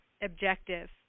objective